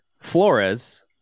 Flores